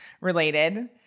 related